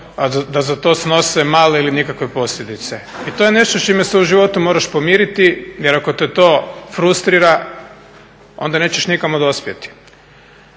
da za to snose male ili nikakve posljedice. I to je nešto s čime se u životu moraš pomiriti, jer ako te to frustrira onda nećeš nikamo dospjeti.